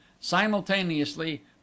simultaneously